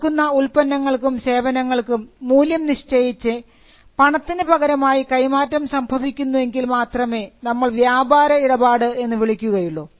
കൊടുക്കുന്ന ഉൽപ്പന്നങ്ങൾക്കും സേവനങ്ങൾക്കും മൂല്യം നിശ്ചയിച്ച് പണത്തിനു പകരമായി കൈമാറ്റം സംഭവിക്കുന്നെങ്കിൽ മാത്രമേ നമ്മൾ വ്യാപാര ഇടപാട് എന്ന് വിളിക്കുകയുള്ളൂ